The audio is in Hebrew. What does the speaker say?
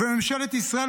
וממשלת ישראל,